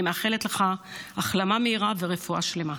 אני מאחלת לך החלמה מהירה ורפואה שלמה.